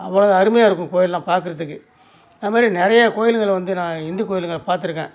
அவ்வளோது அருமையாக இருக்கும் கோயிலெல்லாம் பார்க்கறதுக்கு அது மாதிரி நிறையா கோயில்களை வந்து நான் இந்து கோயில்களை பார்த்துருக்கேன்